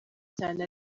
cyane